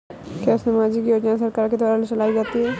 क्या सामाजिक योजनाएँ सरकार के द्वारा चलाई जाती हैं?